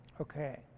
Okay